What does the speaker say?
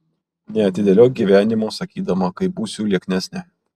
neatidėliok gyvenimo sakydama kai būsiu lieknesnė